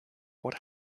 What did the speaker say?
what